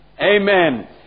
Amen